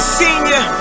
senior